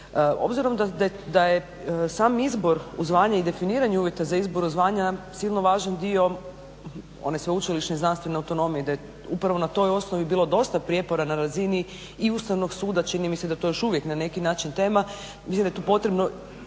Obzirom da je sam izbor u zvanje i definiranje uvjeta za izbor u zvanja silno važan dio one sveučilišne i znanstvene autonomije i da je upravo na toj osnovi bilo dosta prijepora na razini i Ustavnog suda. Čini mi se da je to još uvijek na neki način tema. Mislim da je tu potrebno